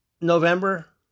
November